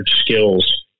skills